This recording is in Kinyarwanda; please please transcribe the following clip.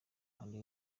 hari